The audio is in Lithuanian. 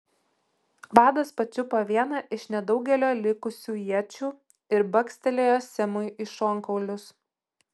vadas pačiupo vieną iš nedaugelio likusių iečių ir bakstelėjo semui į šonkaulius